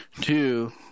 Two